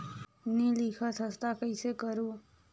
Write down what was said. नी लिखत हस ता कइसे करू?